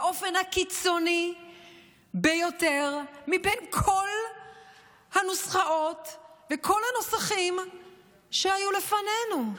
באופן הקיצוני ביותר מבין כל הנוסחאות וכל הנוסחים שהיו לפנינו.